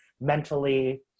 mentally